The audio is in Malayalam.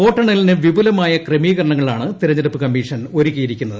വോട്ടെണ്ണ ലിന് വിപുലമായ ക്രമീകരണങ്ങളാണ് തിരഞ്ഞെടുപ്പ് കമ്മീഷൻ ഒരു ക്കിയിരിക്കുന്നത്